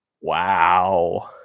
Wow